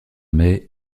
mai